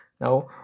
Now